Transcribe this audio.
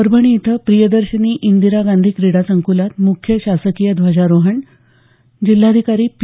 परभणी इथं प्रियदर्शनी इंदिरा गांधी क्रीडा संकूलात मुख्य शासकीय ध्वजारोहण जिल्हाधिकारी पी